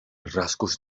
rasgos